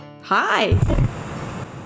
hi